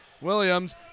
Williams